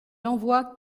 envoie